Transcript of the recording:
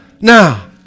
Now